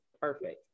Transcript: perfect